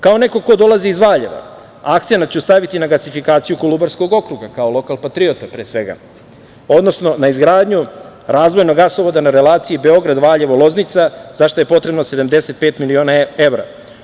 Kao neko ko dolazi iz Valjeva, akcenat ću staviti na gasifikaciju Kolubarskog okruga, kao lokal patriota pre svega, odnosno na izgradnju razvojnog gasovoda na relaciji Beograd-Valjevo-Loznica, zašta je potrebno 75 miliona evra.